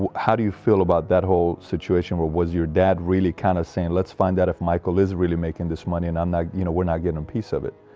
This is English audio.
but how do you feel about that whole situation? where was your dad really kind of saying let's find out if michael is really making this money and i'm not you know we're not getting a piece of it.